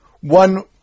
one